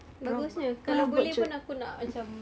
bagusnya kalau boleh aku pun nak macam